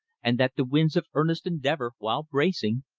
and that the winds of earnest endeavor, while bracing,